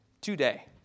today